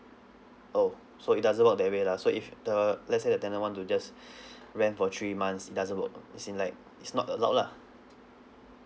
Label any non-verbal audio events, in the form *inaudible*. oh so it doesn't work that way lah so if the let's say the tenant want to just *breath* rent for three months it doesn't work uh as in like it's not allowed lah